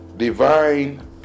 divine